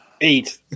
Eight